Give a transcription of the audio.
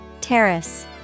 Terrace